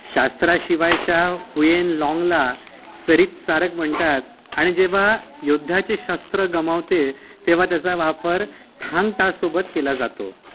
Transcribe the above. शास्त्राशिवायच्या हुयनलाँंगला सरितसारक म्हणतात आणि जेव्हा योद्धाचे शास्त्र गमावते तेव्हा त्याचा वापर थांगटासोबत केला जातो